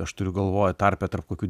aš turiu galvoj tarpe tarp kokių